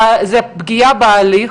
זה פגיעה בהליך